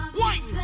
white